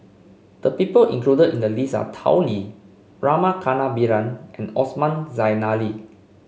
the people included in the list are Tao Li Rama Kannabiran and Osman Zailani